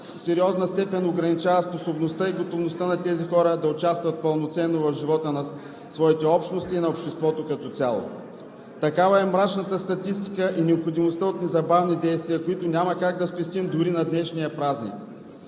сериозна степен ограничава способността и готовността на тези хора да участват пълноценно в живота на своите общности и на обществото като цяло. Такава е мрачната статистика и необходимостта от незабавни действия, които няма как да спестим дори на днешния празник.